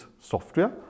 software